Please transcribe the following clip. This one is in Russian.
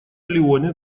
леоне